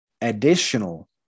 additional